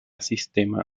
sistema